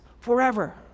Forever